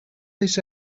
this